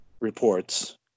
reports